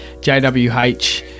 JWH